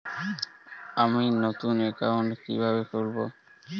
আমি নতুন অ্যাকাউন্ট কিভাবে খুলব?